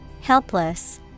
Helpless